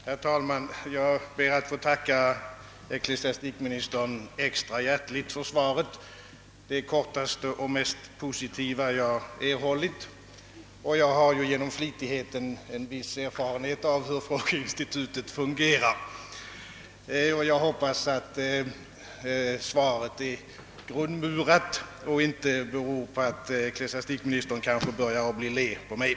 Herr talman! Jag ber att få tacka ecklesiastikministern extra hjärtligt för svaret, som var det kortaste och mest positiva jag erhållit; jag har genom flitigt frågande en viss erfarenhet av hur frågeinstitutet fungerar. Jag hoppas att svaret står på god grund och inte är så kort beroende på att ecklesiastikministern börjar bli led på mig.